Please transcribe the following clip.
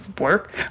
work